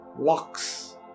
locks